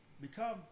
become